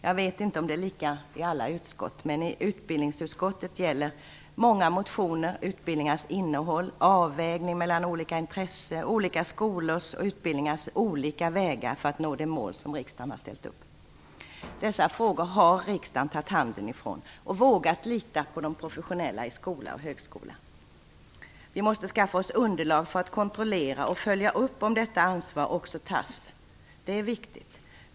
Jag vet inte om det är lika i alla utskott, men i utbildningsutskottet gäller många motioner utbildningars innehåll, avvägning mellan olika intressen och olika skolors och utbildningars olika vägar för att nå de mål som riksdagen har ställt upp. Dessa frågor har riksdagen tagit handen från och vågat lita på de professionella i skola och högskola. Vi måste skaffa oss underlag för att kontrollera och följa upp om detta ansvar också tas. Det är viktigt.